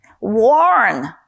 warn